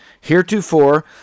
Heretofore